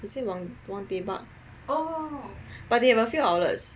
is it Wang Wang Dae Bak but they have a few outlets